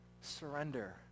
surrender